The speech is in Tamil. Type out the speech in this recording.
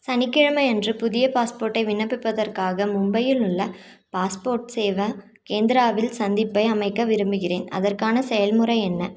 சனிக்கிழமை அன்று புதிய பாஸ்போர்ட்டை விண்ணப்பிப்பதற்காக மும்பையில் உள்ள பாஸ்போர்ட் சேவா கேந்திராவில் சந்திப்பை அமைக்க விரும்புகிறேன் அதற்கான செயல்முறை என்ன